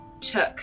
took